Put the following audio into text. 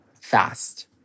fast